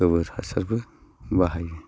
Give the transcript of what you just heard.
गोबोर हासारबो बाहायो